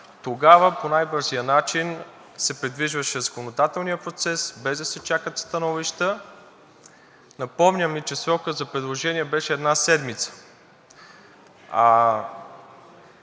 тогава по най-бързия начин се придвижваше законодателния процес, без да се чакат становища. Напомням Ви, че срокът за предложения беше една седмица,